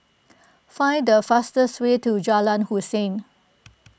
find the fastest way to Jalan Hussein